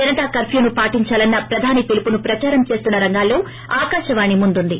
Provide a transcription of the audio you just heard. జనతా కర్న్యూను పాటించాలన్న ప్రధాని పిలుపును ప్రచారం చేస్తున్న రంగాల్లో ఆకాశవాణి ముందుంది